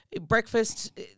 breakfast